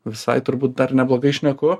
visai turbūt dar neblogai šneku